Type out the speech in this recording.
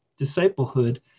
disciplehood